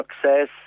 success